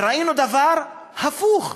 וראינו דבר הפוך: